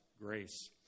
grace